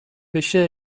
بشه